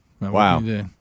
Wow